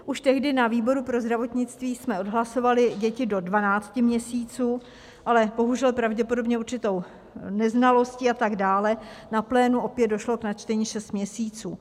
Už tehdy na výboru pro zdravotnictví jsme odhlasovali děti do 12 měsíců, ale bohužel pravděpodobně určitou neznalostí a tak dále na plénu opět došlo k načtení 6 měsíců.